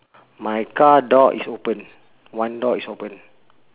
my car door is open one door is open